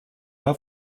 pas